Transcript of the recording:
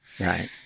right